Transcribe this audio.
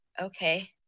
okay